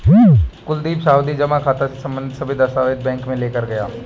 कुलदीप सावधि जमा खाता से संबंधित सभी दस्तावेज बैंक में लेकर गया